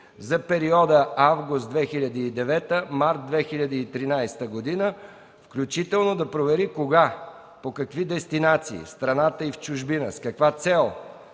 за периода август 2009 – март 2013 г., включително да провери кога, по какви дестинации (в страната и чужбина), с каква цел,